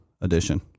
Edition